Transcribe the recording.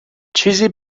چیزی